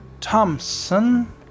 Thompson